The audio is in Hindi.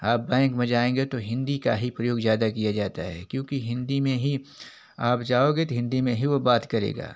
आप बैंक में जाएँगे तो हिंदी का ही प्रयोग ज़्यादा किया जाता है क्योंकि हिंदी में ही आप जाओगे हिंदी में ही वह बात करेगा